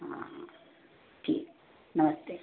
हाँ ठीक नमस्ते